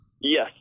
Yes